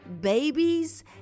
babies